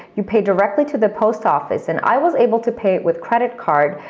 you pay directly to the post office, and i was able to pay it with credit card,